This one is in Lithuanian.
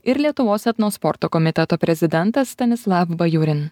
ir lietuvos etno sporto komiteto prezidentas stanislav bajurin